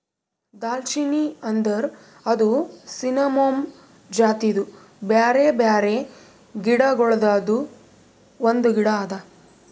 ದಾಲ್ಚಿನ್ನಿ ಅಂದುರ್ ಇದು ಸಿನ್ನಮೋಮಮ್ ಜಾತಿದು ಬ್ಯಾರೆ ಬ್ಯಾರೆ ಗಿಡ ಗೊಳ್ದಾಂದು ಒಂದು ಗಿಡ ಅದಾ